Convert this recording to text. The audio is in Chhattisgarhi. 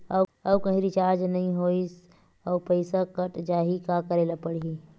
आऊ कहीं रिचार्ज नई होइस आऊ पईसा कत जहीं का करेला पढाही?